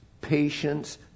patience